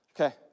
Okay